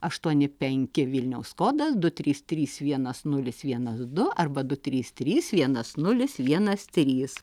aštuoni penki vilniaus kodas du trys trys vienas nulis vienas du arba du trys trys vienas nulis vienas trys